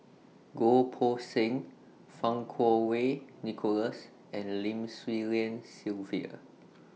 Goh Poh Seng Fang Kuo Wei Nicholas and Lim Swee Lian Sylvia